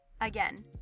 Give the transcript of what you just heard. again